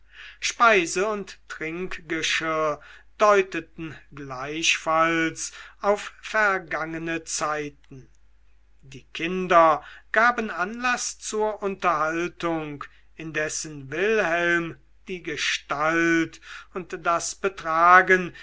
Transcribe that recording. speise und trinkgeschirr deuteten gleichfalls auf vergangene zeit die kinder gaben anlaß zur unterhaltung indessen wilhelm die gestalt und das betragen